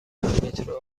مترو